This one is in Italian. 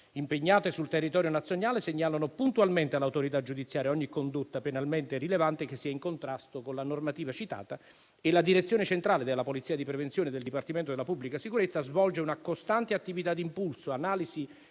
impegnate sul territorio nazionale segnalano puntualmente all'autorità giudiziaria ogni condotta penalmente rilevante che sia in contrasto con la normativa citata e la direzione centrale della polizia di prevenzione del Dipartimento della pubblica sicurezza svolge una costante attività d'impulso, analisi